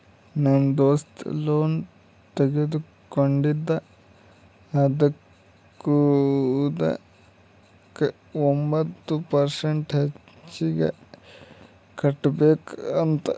ನಮ್ ದೋಸ್ತ ಲೋನ್ ತಗೊಂಡಿದ ಅದುಕ್ಕ ಒಂಬತ್ ಪರ್ಸೆಂಟ್ ಹೆಚ್ಚಿಗ್ ಕಟ್ಬೇಕ್ ಅಂತ್